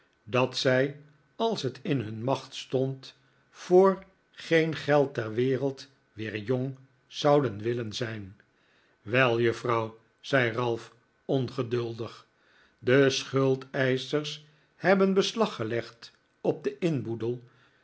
dat zij als het in hun macht stond voor geen geld ter wereld weer jong zouden willen zijn wel juffrouw zei ralph ongeduldig de schuldeischers hebben beslag gelegd op den inboedel